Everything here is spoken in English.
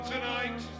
tonight